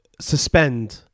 Suspend